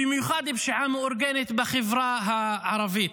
במיוחד פשיעה מאורגנת בחברה הערבית?